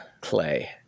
clay